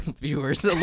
viewers